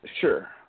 Sure